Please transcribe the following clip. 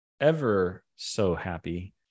ever-so-happy